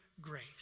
grace